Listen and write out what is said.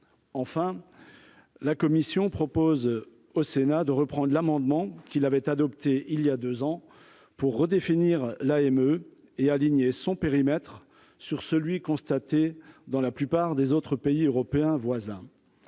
enfin, la commission propose au Sénat de reprendre l'amendement qu'il avait adoptée il y a 2 ans pour redéfinir la émeut et aligner son périmètre sur celui constaté dans la plupart des autres pays européens voisins